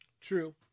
true